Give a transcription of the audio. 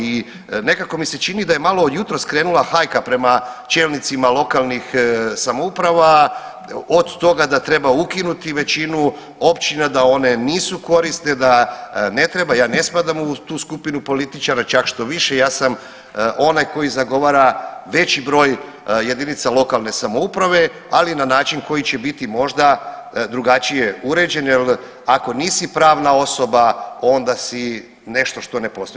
I nekako mi se čini da je malo jutros krenula hajka prema čelnicima lokalnih samouprava od toga da treba ukinuti većinu općina da one nisu korisne, da ne treba, ja ne spadam u tu skupinu političara, čak štoviše ja sam onaj koji zagovara veći broj jedinica lokalne samouprave ali na način koji će biti možda drugačije uređen jer ako nisi pravna osoba onda si nešto što ne postoji.